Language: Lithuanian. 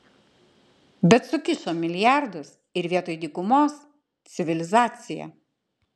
bet sukišo milijardus ir vietoj dykumos civilizacija